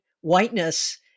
whiteness